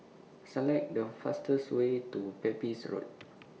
Select The fastest Way to Pepys Road